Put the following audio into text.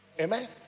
Amen